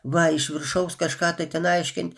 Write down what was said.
va iš viršaus kažką tai ten aiškint